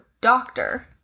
doctor